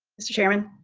mr. chairman?